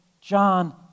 John